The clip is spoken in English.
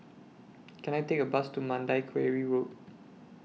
Can I Take A Bus to Mandai Quarry Road